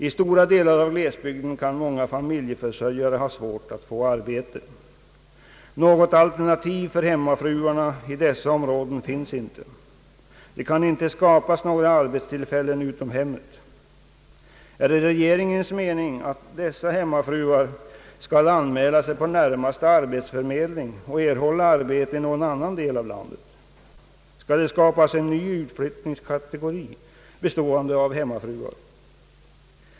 I stora delar av glesbygden kan många familjeförsörjare ha svårt att få arbete. Något alternativ för hemmafruarna i dessa områden finns inte. Det kan inte skapas några arbetstillfällen utanför hemmet. Är det regeringens mening att dessa hemmafruar skall anmäla sig hos närmaste arbetsförmedling och erhålla arbete i någon annan del av landet? Skall det skapas en ny utflyttningskategori, bestående av hemmafruar?